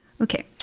Okay